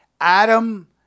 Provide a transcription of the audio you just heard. Adam